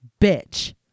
Bitch